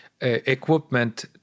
equipment